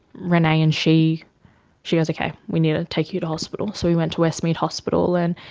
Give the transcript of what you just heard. renee, and she she goes, okay, we need to take you to hospital. so we went to westmead hospital, and